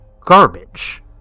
garbage